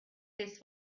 this